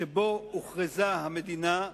שבו הוכרזה המדינה,